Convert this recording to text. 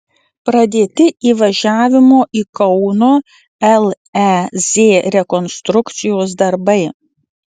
pradėti įvažiavimo į kauno lez rekonstrukcijos darbai